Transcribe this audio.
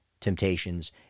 temptations